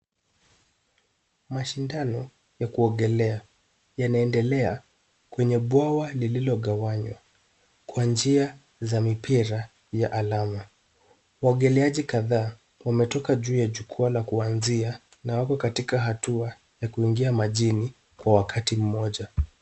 Mashindano ya kuogelea yanaendelea kwenye bwawa lililo gawanywa kwa njia za mipira ya alama. Waogeleaji kadhaa wametoka juu ya jukwaa la kuanzia na wako katika hatua ya kuingia majini kwa wakati mmoja.